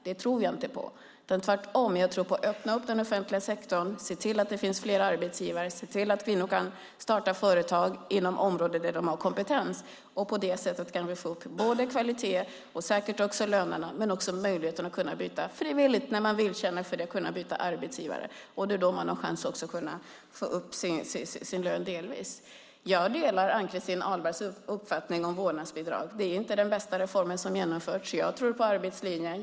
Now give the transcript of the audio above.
Jag tror tvärtom på att öppna den offentliga sektorn och se till att det finns fler arbetsgivare och att kvinnor kan starta företag inom områden där de har kompetens. På det sättet kan vi höja både kvaliteten och lönerna och säkert också öka möjligheten att byta arbetsgivare när man känner för det. Då har man också chans att höja sin lön. Jag delar Ann-Christin Ahlbergs uppfattning om vårdnadsbidrag. Det är inte den bästa reform som har genomförts. Jag tror på arbetslinjen.